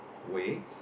way